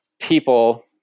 people